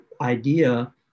idea